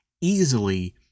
easily